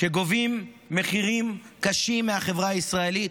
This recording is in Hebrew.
שגובים מחירים קשים מהחברה הישראלית,